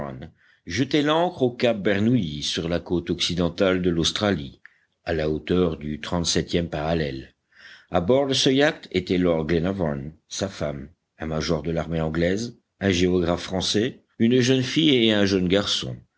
jetait l'ancre au cap bernouilli sur la côte occidentale de l'australie à la hauteur du trente-septième parallèle à bord de ce yacht étaient lord glenarvan sa femme un major de l'armée anglaise un géographe français une jeune fille et un jeune garçon